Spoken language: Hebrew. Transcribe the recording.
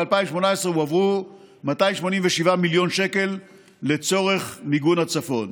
ב-2018 הועברו 287 מיליון שקל לצורך מיגון הצפון.